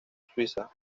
suiza